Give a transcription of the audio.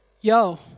yo